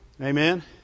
Amen